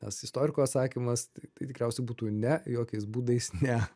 nes istorikų atsakymas tai tikriausiai būtų ne jokiais būdais ne